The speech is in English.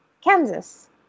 Kansas